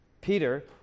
Peter